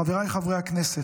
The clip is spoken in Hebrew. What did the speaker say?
חבריי חברי הכנסת,